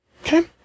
Okay